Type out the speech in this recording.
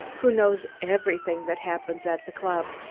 who knows everything that happens at the club.